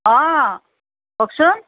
অঁ কওকচোন